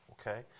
okay